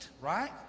right